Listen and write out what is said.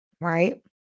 right